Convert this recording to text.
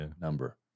number